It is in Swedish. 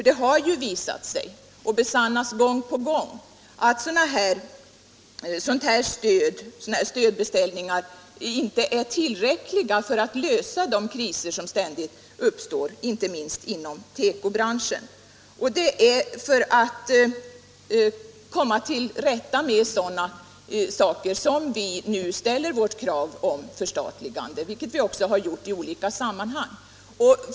Det har ju gång på gång visat sig att sådana här stödformer inte är tillräckliga för att lösa de kriser som ständigt uppstår, inte minst inom tekobranschen. Det är för att komma till rätta med sådana problem som vi nu ställer vårt krav om förstatligande, vilket vi också har framfört i olika sammanhang.